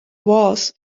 wars